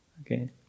Okay